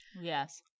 Yes